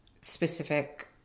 specific